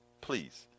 Please